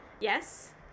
Yes